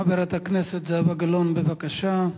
חברת הכנסת זהבה גלאון, בבקשה,